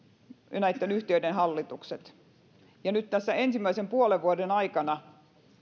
näitten yhtiöiden hallitukset nyt tässä ensimmäisen puolen vuoden aikana